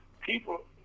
people